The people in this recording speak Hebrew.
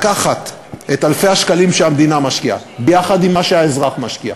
לקחת את אלפי השקלים שהמדינה משקיעה ביחד עם מה שהאזרח משקיע,